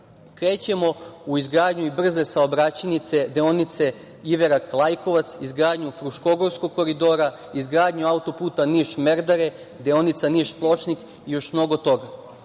u izgradnju brze saobraćajnice deonice Iverak-Lajkovac, izgradnju Fruškogorskog koridora, izgradnju autoputa Niš-Merdare, deonica Niš-Pločnik i još mnogo toga. Ovde